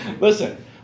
Listen